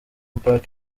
park